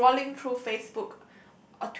scrolling through FaceBook